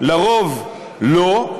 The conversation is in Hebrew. לרוב לא.